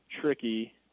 tricky